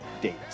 dates